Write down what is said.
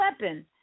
weapon